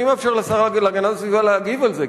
אני מאפשר לשר להגנת הסביבה להגיב על זה,